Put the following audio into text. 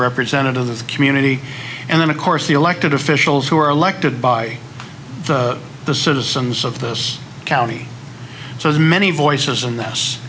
representative of the community and then of course the elected officials who are elected by the citizens of this county so as many voices in this